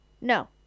No